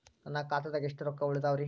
ನನ್ನ ಖಾತೆದಾಗ ಎಷ್ಟ ರೊಕ್ಕಾ ಉಳದಾವ್ರಿ?